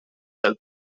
del